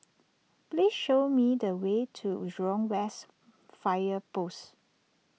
please show me the way to Jurong West Fire Post